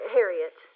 Harriet